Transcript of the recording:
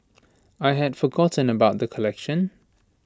I had forgotten about the collection